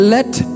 Let